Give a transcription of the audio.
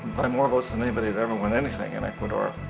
by more votes than anybody had ever won anything in ecuador.